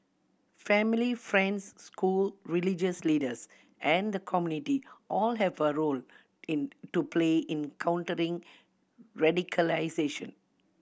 family friends school religious leaders and the community all have a role in to play in countering radicalisation